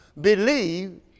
believe